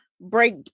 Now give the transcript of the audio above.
break